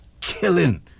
killing